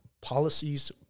policies